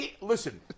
Listen